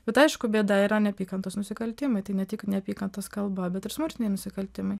bet aišku bėda yra neapykantos nusikaltimai tai ne tik neapykantos kalba bet ir smurtiniai nusikaltimai